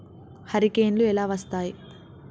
హరికేన్లు ఎలా వస్తాయి?